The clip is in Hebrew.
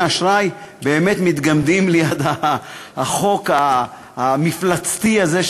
אשראי באמת מתגמדים ליד החוק המפלצתי הזה.